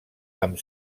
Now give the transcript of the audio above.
amb